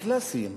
הקלאסיים,